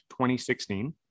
2016